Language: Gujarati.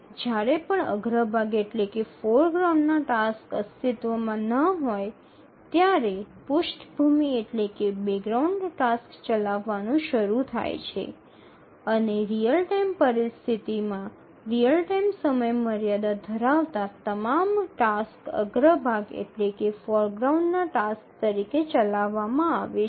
જ્યારે પણ અગ્રભાગ નાં ટાસક્સ અસ્તિત્વમાં ન હોય ત્યારે પૃષ્ઠભૂમિ ટાસક્સ ચાલવાનું શરૂ થાય છે અને રીઅલ ટાઇમ પરિસ્થિતિમાં રીઅલ ટાઇમ સમયમર્યાદા ધરાવતા તમામ ટાસક્સ અગ્રભાગ નાં ટાસક્સ તરીકે ચલાવવામાં આવે છે